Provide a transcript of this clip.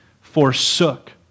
forsook